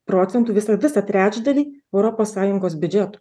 procentų visą visą trečdalį europos sąjungos biudžeto